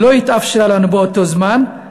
לא התאפשר לנו באותו הזמן,